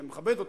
שאני מכבד אותם,